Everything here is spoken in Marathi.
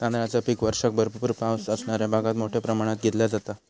तांदळाचा पीक वर्षाक भरपूर पावस असणाऱ्या भागात मोठ्या प्रमाणात घेतला जाता